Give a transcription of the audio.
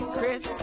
Chris